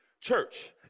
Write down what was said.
Church